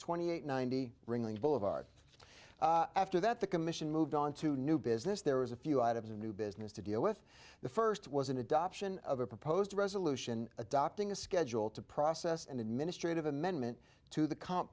twenty eight ninety ringling boulevard after that the commission moved on to new business there was a few items of new business to deal with the first was an adoption of a proposed resolution adopting a schedule to process an administrative amendment to the comp